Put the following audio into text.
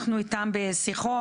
אנחנו איתם בשיחות,